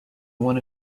one